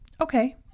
Okay